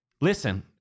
Listen